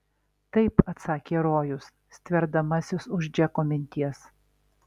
taip atsakė rojus stverdamasis už džeko minties